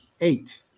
eight